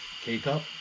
K-Cup